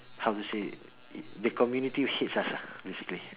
how to say the community hates us lah basically ah